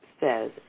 says